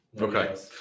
Okay